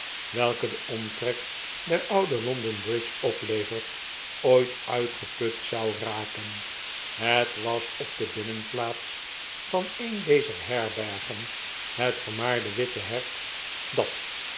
welke de omtrek der oude london-bridge oplevert ooit uitgeput zou raken het was op de binnenplaats van een dezer herbergen het vermaarde witte hert dat